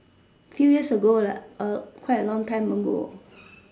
few years ago lah quite a long time ago